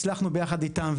הצלחנו יחד איתם,